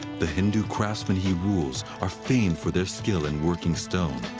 the hindu craftsman he rules are famed for their skill in working stone.